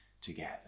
together